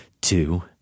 Two